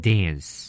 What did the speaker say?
Dance